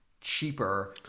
cheaper